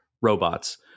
robots